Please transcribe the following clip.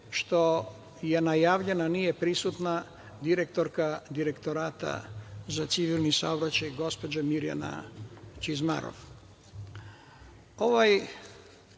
što je najavljena, a nije prisutna direktorka Direktorata za civilni saobraćaj gospođa Mirjana Čizmarov. Ovaj